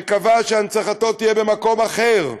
וקבע שהנצחתו תהיה במקום אחר,